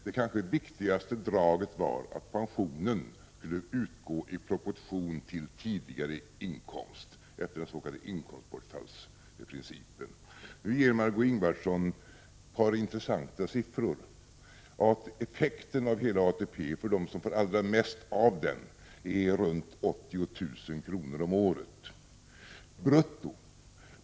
Det kanske viktigaste draget var att pension skulle utgå i proportion till tidigare inkomst, dvs. i enlighet med den s.k. inkomstbortfallsprincipen. Margö Ingvardsson har intressanta siffror. Effekten av hela ATP — för dem som får allra mest av den — är runt 80 000 kr. per år, brutto.